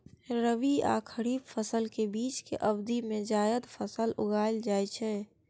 रबी आ खरीफ फसल के बीच के अवधि मे जायद फसल उगाएल जाइ छै